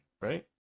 right